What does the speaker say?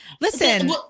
Listen